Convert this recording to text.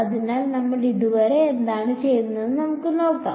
അതിനാൽ നമ്മൾ ഇതുവരെ എന്താണ് ചെയ്തതെന്ന് നമുക്ക് നോക്കാം